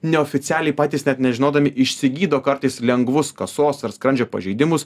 neoficialiai patys net nežinodami išsigydo kartais lengvus kasos ar skrandžio pažeidimus